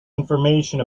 information